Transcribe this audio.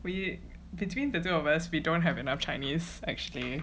we between the two of us we don't have enough chinese actually